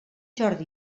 jordi